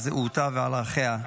על זהותה ועל ערכיה.